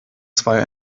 zwei